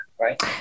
right